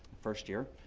first year.